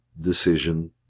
decision